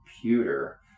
computer